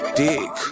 dick